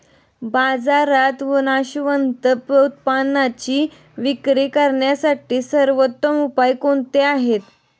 बाजारात नाशवंत उत्पादनांची विक्री करण्यासाठी सर्वोत्तम उपाय कोणते आहेत?